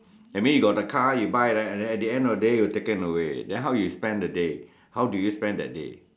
that mean you got the car you buy then and then at the end of the day you are taken away then how you spend that day how do you spend that day